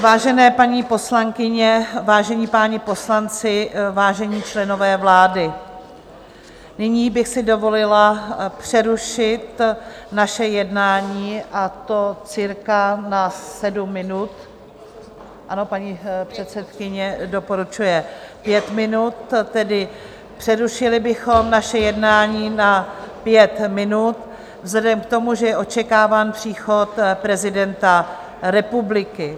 Vážené paní poslankyně, vážení páni poslanci, vážení členové vlády, nyní bych si dovolila přerušit naše jednání, a to cca na sedm minut, ano, paní předsedkyně doporučuje pět minut, tedy přerušili bychom naše jednání na pět minut vzhledem k tomu, že je očekáván příchod prezidenta republiky.